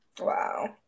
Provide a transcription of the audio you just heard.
wow